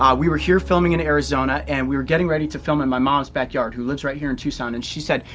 um we were here filming in arizona and we were getting ready to film in my mom's backyard, who lives right here in tucson. and she said,